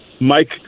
Mike